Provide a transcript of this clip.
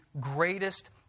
greatest